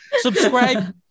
Subscribe